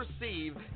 receive